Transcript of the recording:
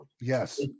Yes